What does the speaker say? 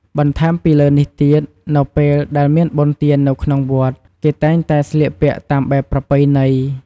បន្ថែមពីលើនេះទៀត នៅពេលដែលមានបុណ្យទាននៅក្នុងវត្ត គេតែងតែស្លៀកពាក់តាមបែបប្រពៃណី។